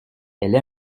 elle